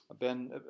Ben